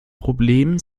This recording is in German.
problem